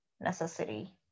necessity